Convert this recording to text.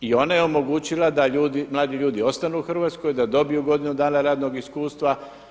I ona je omogućila da mladi ljudi ostanu u Hrvatskoj, da dobiju godinu dana radnog iskustva.